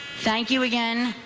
thank you again,